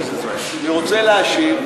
אני רוצה להשיב.